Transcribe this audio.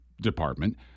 department